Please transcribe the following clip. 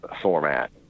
format